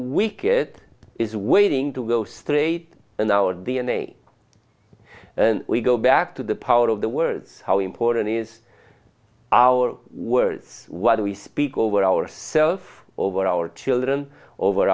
week it is waiting to go straight in our d n a we go back to the power of the words how important is our words what we speak over ourself over our children over